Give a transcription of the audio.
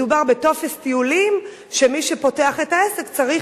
מדובר ב"טופס טיולים" שמי שפותח את העסק צריך